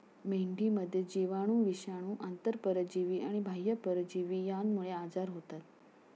मेंढीमध्ये जीवाणू, विषाणू, आंतरपरजीवी आणि बाह्य परजीवी यांमुळे आजार होतात